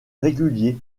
réguliers